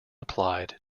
applied